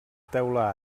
teula